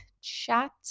chat